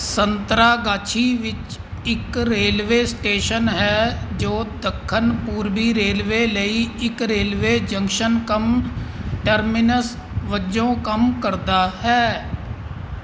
ਸੰਤਰਾਗਾਛੀ ਵਿੱਚ ਇੱਕ railway station ਹੈ ਜੋ ਦੱਖਣ ਪੂਰਬੀ ਰੇਲਵੇ ਲਈ ਇੱਕ ਰੇਲਵੇ ਜੰਕਸ਼ਨ ਕਮ ਟਰਮੀਨਸ ਵਜੋਂ ਕੰਮ ਕਰਦਾ ਹੈ